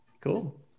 cool